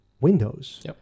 Windows